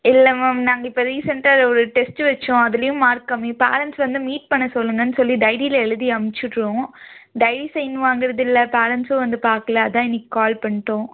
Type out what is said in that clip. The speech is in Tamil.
இல்லை மேம் நாங்கள் இப்போ ரீசென்ட்டாக ஒரு டெஸ்ட் வைச்சோம் அதுலேயும் மார்க் கம்மி பேரண்ட்ஸ் வந்து மீட் பண்ண சொல்லுங்கன்னு சொல்லி டைரியில் எழுதி அமுச்சிட்றோம் டைரி சைன் வாங்கிறது இல்லை பேரண்ட்ஸும் வந்து பார்க்கல அதுதான் இன்றைக்கு கால் பண்ணிட்டோம்